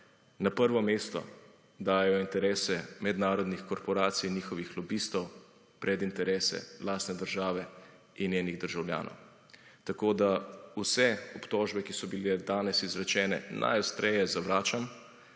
na prvo mesto dajejo interese mednarodnih korporacij in njihovih lobistov pred interese lastne države in njenih državljanov. Tako vse obtožbe, ki so bile danes izrečene, najostreje zavračam.